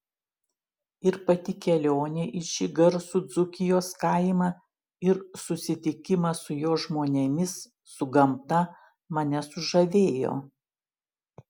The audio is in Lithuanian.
ir pati kelionė į šį garsų dzūkijos kaimą ir susitikimas su jo žmonėmis su gamta mane sužavėjo